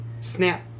Snap